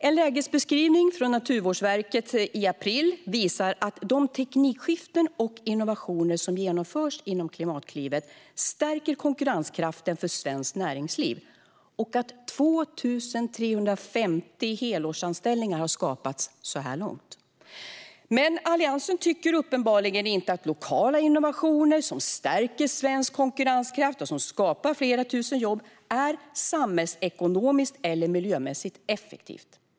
En lägesbeskrivning från Naturvårdsverket i april visar att de teknikskiften och innovationer som genomförs inom Klimatklivet stärker konkurrenskraften för svenskt näringsliv och att 2 350 helårsanställningar har skapats så här långt. Men Alliansen tycker uppenbarligen inte att lokala innovationer som stärker svensk konkurrenskraft och som skapar flera tusen jobb är samhällsekonomiskt eller miljömässigt effektivt.